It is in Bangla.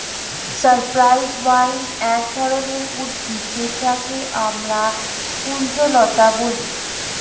সাইপ্রেস ভাইন এক ধরনের উদ্ভিদ যেটাকে আমরা কুঞ্জলতা বলি